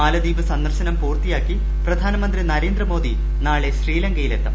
മാലദ്വീപ് സന്ദർശനം പൂർത്തിയാക്കി പ്രധാനമന്ത്രി നരേന്ദ്രമോദി നാളെ ശ്രീലങ്കയിലെത്തും